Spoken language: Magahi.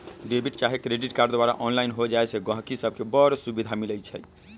डेबिट चाहे क्रेडिट कार्ड द्वारा ऑनलाइन हो जाय से गहकि सभके बड़ सुभिधा मिलइ छै